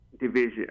division